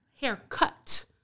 Haircut